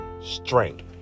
strength